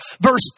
verse